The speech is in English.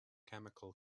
chemical